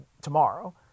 tomorrow